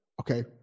Okay